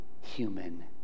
human